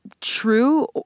True